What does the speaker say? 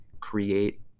create